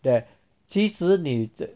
that 其实你怎